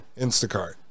Instacart